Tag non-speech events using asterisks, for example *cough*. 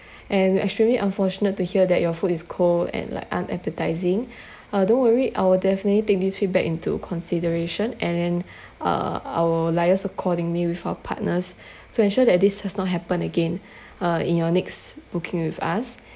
*breath* and we extremely unfortunate to hear that your food is cold and like unappetising *breath* uh don't worry I will definitely take this feedback into consideration and then *breath* uh I will liaise accordingly with our partners *breath* to ensure that this does not happen again *breath* uh in your next booking with us